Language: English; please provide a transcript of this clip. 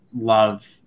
love